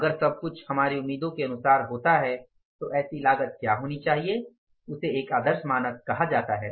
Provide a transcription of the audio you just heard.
अगर सब कुछ हमारी उम्मीदों के अनुसार होता है तो ऐसी लागत क्या होनी चाहिए उसे एक आदर्श मानक कहा जाता है